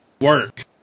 work